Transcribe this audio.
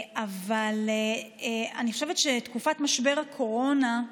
אבל אני חושבת שתקופת משבר הקורונה,